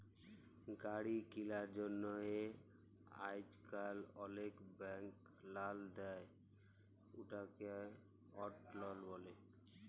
গাড়ি কিলার জ্যনহে আইজকাল অলেক ব্যাংক লল দেই, উটকে অট লল ব্যলে